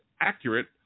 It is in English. accurate